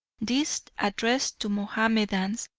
this, addressed to mahomedans,